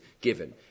given